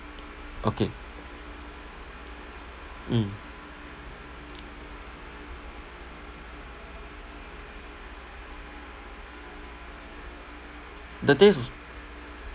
okay mm the taste was